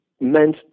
meant